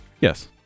Yes